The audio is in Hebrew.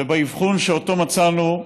ובאבחון שמצאנו,